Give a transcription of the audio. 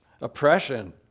oppression